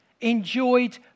enjoyed